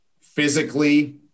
Physically